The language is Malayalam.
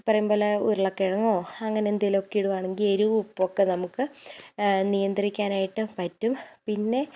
ഈ പറയുംപോലെ ഉരുളക്കിഴങ്ങോ അങ്ങനെയെന്തെങ്കിലുമൊക്കെ ഇടുകയാണെങ്കിൽ എരിവും ഉപ്പും ഒക്കെ നമുക്ക് നിയന്ത്രിക്കാനായിട്ട് പറ്റും പിന്നെ